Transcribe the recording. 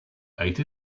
ate